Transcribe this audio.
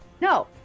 No